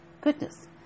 goodness